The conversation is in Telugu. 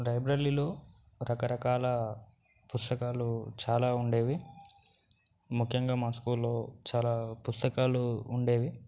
లైబ్రరీలో రకరకాల పుస్తకాలు చాలా ఉండేవి ముఖ్యంగా మా స్కూల్లో చాలా పుస్తకాలు ఉండేవి